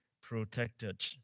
protected